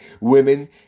women